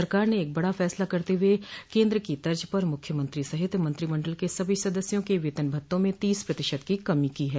सरकार ने एक बड़ा फैसला करते हुए केन्द्र की तर्ज पर मुख्यमंत्री सहित मंत्रिमंडल के सभी सदस्यों के वेतन भत्तों में तीस प्रतिशत की कमी की गई है